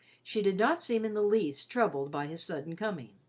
she did not seem in the least troubled by his sudden coming.